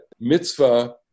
mitzvah